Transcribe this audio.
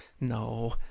No